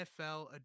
NFL